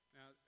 Now